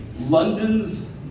London's